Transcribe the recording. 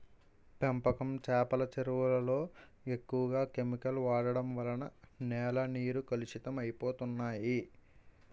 పెంపకం చేపల చెరువులలో ఎక్కువ కెమికల్ వాడడం వలన నేల నీరు కలుషితం అయిపోతన్నాయి